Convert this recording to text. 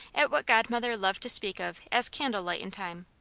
at what godmother loved to speak of as candle-lightin' time,